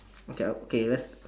okay uh okay let's